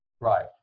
Right